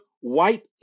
white